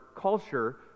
culture